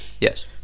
Yes